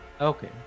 Okay